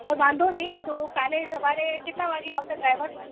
અ વાંધો નહીં તો કાલે સવારે કેટલા વાગે આવશે ડ્રાઈવર